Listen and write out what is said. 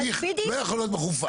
תהליך לא יכול להיות מחופף.